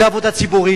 זו עבודה ציבורית,